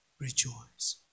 Rejoice